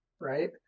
right